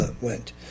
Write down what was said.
went